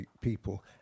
people